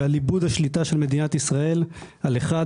אנחנו צריכים לקחת בחשבון את איבוד השליטה של מדינת ישראל על